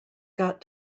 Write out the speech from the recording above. got